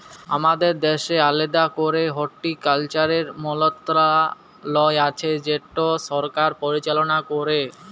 আমাদের দ্যাশের আলেদা ক্যরে হর্টিকালচারের মলত্রলালয় আছে যেট সরকার পরিচাললা ক্যরে